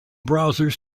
browsers